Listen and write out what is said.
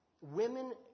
Women